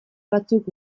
batzuk